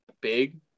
big